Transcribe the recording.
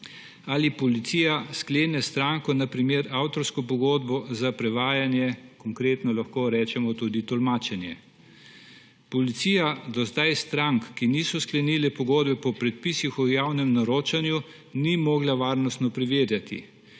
ali Policija sklene s stranko, na primer, avtorsko pogodbo za prevajanje, konkretno lahko rečemo tudi tolmačenje. Policija do zdaj strank, ki niso sklenile pogodbe po predpisih o javnem naročanju, ni mogla varnostno preverjati.